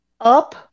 up